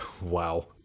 Wow